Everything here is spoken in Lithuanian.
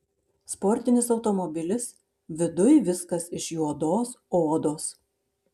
sportinis automobilis viduj viskas iš juodos odos